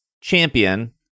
champion